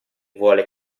vuole